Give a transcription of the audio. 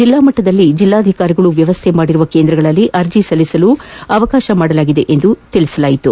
ಜಿಲ್ಲಾ ಮಟ್ಟದಲ್ಲಿ ಜಿಲ್ಲಾಧಿಕಾರಿಗಳು ವ್ಯವಸ್ಥೆ ಮಾಡಿರುವ ಕೇಂದ್ರಗಳಲ್ಲಿ ಅರ್ಜಿ ಸಲ್ಲಿಸಲು ಅವಕಾಶವಿದೆ ಎಂದು ತಿಳಿಸಲಾಗಿದೆ